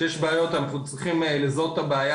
כשיש בעיות אנחנו צריכים לזהות את הבעיה